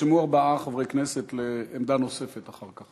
נרשמו ארבעה חברי כנסת לעמדה נוספת אחר כך,